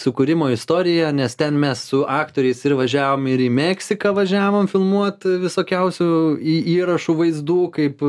sukūrimo istoriją nes ten mes su aktoriais ir važiavom ir į meksiką važiavom filmuot visokiausių į įrašų vaizdų kaip